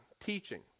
teaching